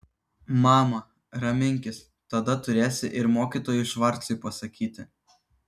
mama raminkis tada turėsi ir mokytojui švarcui pasakyti